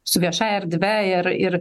su viešąja erdve ir ir